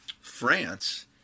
France